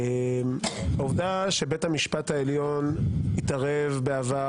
העובדה שבית המשפט העליון התערב בעבר